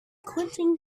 clinton